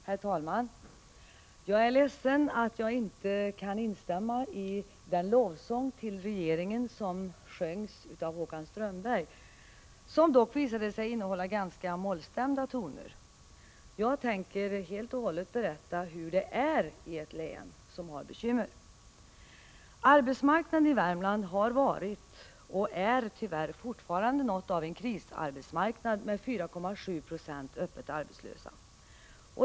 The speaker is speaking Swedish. Herr talman! Jag är ledsen att jag inte kan instämma i den lovsång till 15 oktober 1985 regeringen som sjöngs av Håkan Strömberg, en sång som dock visade sig innehålla ganska mollstämda toner. Jag tänker helt och hållet uppehålla mig vid att berätta hur det är i ett län som har bekymmer. Herr talman! Arbetsmarknaden i Värmland har varit och är tyvärr fortfarande något av en krisarbetsmarknad med 4,7 96 öppet arbetslösa.